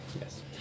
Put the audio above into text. Yes